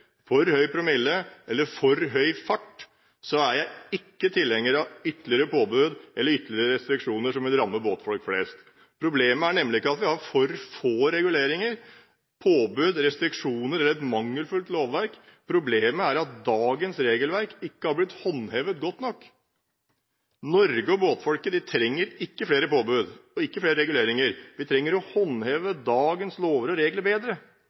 for høy promille eller for høy fart, er jeg ikke tilhenger av ytterligere påbud eller restriksjoner, som vil ramme båtfolk flest. Problemet er nemlig ikke at vi har for få reguleringer, påbud og restriksjoner eller et mangelfullt lovverk – problemet er at dagens regelverk ikke har blitt håndhevet godt nok. Norge og båtfolket trenger ikke flere påbud og reguleringer. Vi trenger at dagens lover og regler blir håndhevet bedre.